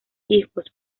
hijos